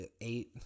Eight